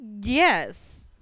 Yes